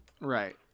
Right